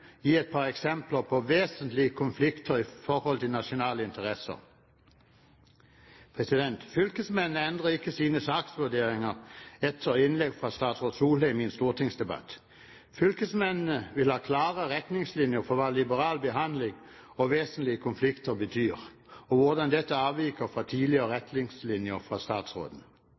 gi et par eksempler på vesentlige konflikter i forhold til nasjonale interesser. Fylkesmennene endrer ikke sine saksvurderinger etter innlegg fra statsråd Solheim i en stortingsdebatt. Fylkesmennene vil ha klare retningslinjer for hva liberal behandling og vesentlige konflikter betyr, og hvordan dette avviker fra tidligere retningslinjer fra statsråden. På spørsmål fra undertegnede om statsråden